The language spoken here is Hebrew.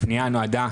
הפנייה נועדה